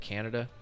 Canada